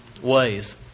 ways